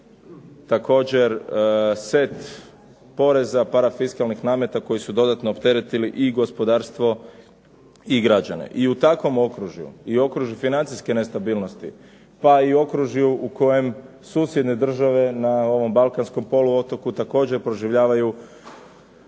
također set poreza parafiskalnih nameta koji su dodatno opteretili i gospodarstvo i građane. I u takvom okružju i okružju financijske nestabilnosti pa i u okružju u kojem susjedne države na ovom Balkanskom poluotoku također proživljavaju